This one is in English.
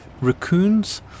raccoons